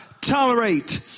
tolerate